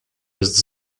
jest